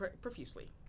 profusely